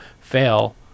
fail